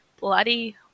bloody